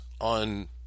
on